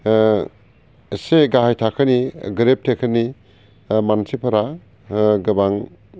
इसे गाहाइ थाखोनि गोरिब थाखोनि मानसिफोरा गोबां